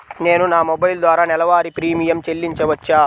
నేను నా మొబైల్ ద్వారా నెలవారీ ప్రీమియం చెల్లించవచ్చా?